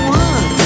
one